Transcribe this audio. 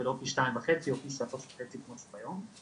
ולא פי שתיים וחצי כמו שהיום.